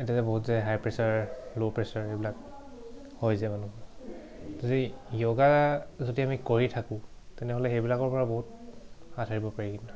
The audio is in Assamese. এতিয়া যে বহুত যে হাই প্ৰেছাৰ ল' প্ৰেছাৰ এইবিলাক হৈ যে মানুহৰ যদি য়োগা যদি আমি কৰি থাকোঁ তেনেহ'লে সেইবিলাকৰ পৰা বহুত হাত সাৰিব পাৰি কিন্তু